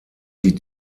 die